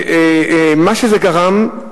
מה שזה גרם,